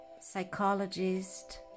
psychologist